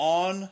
on